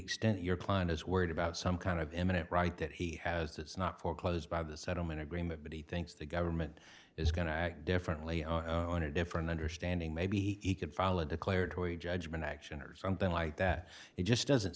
extent your client is worried about some kind of imminent right that he has that's not foreclosed by the settlement agreement but he thinks the government is going to act differently on a different understanding maybe he could file a declared tory judgment action or something like that it just doesn't